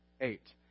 Eight